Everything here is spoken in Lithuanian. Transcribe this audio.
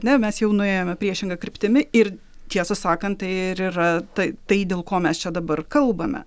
na mes jau nuėjome priešinga kryptimi ir tiesą sakant tai ir yra ta tai dėl ko mes čia dabar kalbame